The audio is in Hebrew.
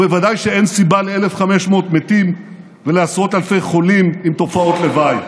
ובוודאי שאין סיבה ל-1,500 מתים ולעשרות אלפי חולים עם תופעות לוואי.